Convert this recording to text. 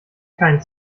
kein